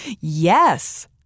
Yes